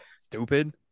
Stupid